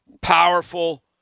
powerful